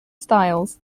styles